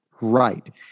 Right